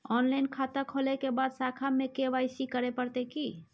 Online खाता खोलै के बाद शाखा में के.वाई.सी करे परतै की?